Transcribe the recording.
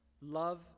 Love